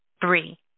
three